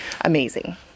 amazing